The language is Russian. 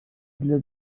для